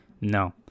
No